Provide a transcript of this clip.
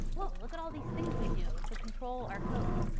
whoa, look at all these things we do to control our code.